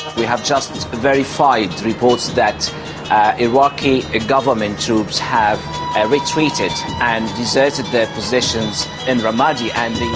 we have just verified reports that iraqi government troops have retreated and deserted their positions in ramadi and